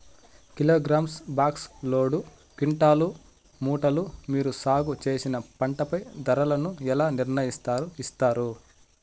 Kilogram, box, load, quintal, మూటలు మీరు సాగు చేసిన పంటపై ధరలను ఎలా నిర్ణయిస్తారు యిస్తారు?